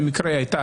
במקרה הייתה,